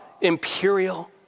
imperial